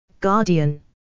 Guardian